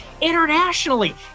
internationally